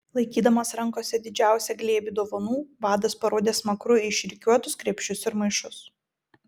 laikydamas rankose didžiausią glėbį dovanų vadas parodė smakru į išrikiuotus krepšius ir maišus